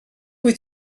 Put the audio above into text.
wyt